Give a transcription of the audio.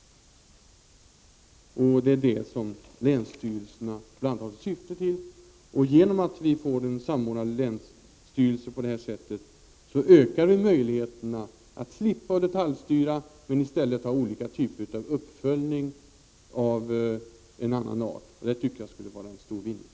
Det är den uppgiften som bl.a. länsstyrelserna har. Genom att vi på det här sättet får en samordnad länsstyrelse ökar vi möjligheterna att slippa detaljstyra. Vi kan i stället ha olika uppföljningar av annan art. Det anser jag vara en stor vinning.